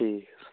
ਠੀਕ ਹੈ ਸਰ